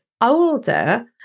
older